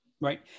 Right